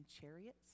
chariots